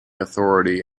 authority